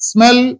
Smell